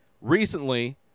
Recently